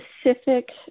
specific